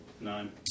Nine